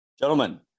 Gentlemen